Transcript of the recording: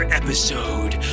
episode